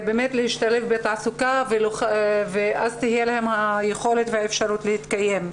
להשתלב בתעסוקה ואז הייתה להן יכולת להתקיים.